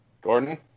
Gordon